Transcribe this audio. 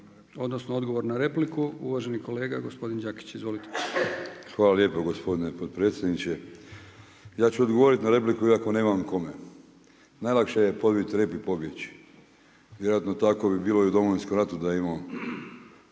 na odgovor na repliku, uvaženi kolega gospodin Đakić. Izvolite. **Đakić, Josip (HDZ)** Hvala lijepo gospodine potpredsjedniče. Ja ću odgovoriti na repliku iako nemam kome. Najlakše je podvit rep i pobjeć, vjerojatno bi tako bilo i u Domovinskom ratu da je imao